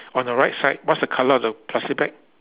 on the right side what's the colour of the plastic bag